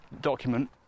document